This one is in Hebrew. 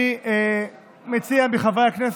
אני מציע לחברי הכנסת,